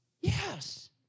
Yes